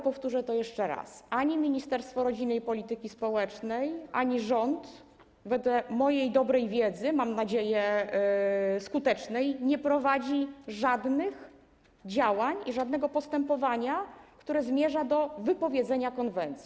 Powtórzę to jeszcze raz: ani Ministerstwo Rodziny i Polityki Społecznej, ani rząd wedle mojej wiedzy, mam nadzieję, że gruntownej, nie prowadzi żadnych działań ani żadnego postępowania, które zmierza do wypowiedzenia konwencji.